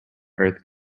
earth